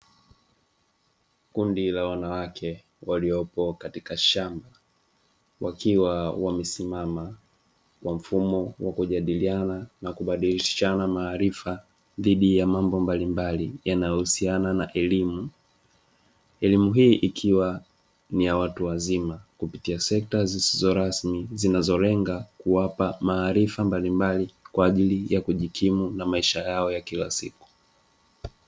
Kundi la wanawake waliopo katika shamba wakiwa wamesimama kwa mfumo wa kujadiliana na kubadilishana maarifa dhidi ya mambo mbalimbali yanayohusiana na elimu, elimu hii ikiwa ni ya watu wazima kupitia sekta zisizo rasmi zinazolenga kuwapa maarifa mbalimbali kwa ajili ya kujikimu na maisha yao ya kila siku.